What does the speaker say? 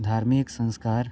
धार्मिक संस्कार